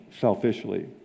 selfishly